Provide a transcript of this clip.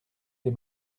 des